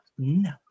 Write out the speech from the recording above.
No